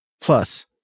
Plus